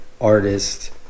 Artist